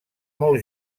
molt